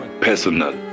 personal